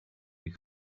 you